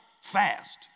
fast